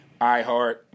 iHeart